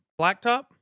blacktop